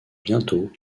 bientôt